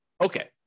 Okay